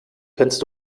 kennst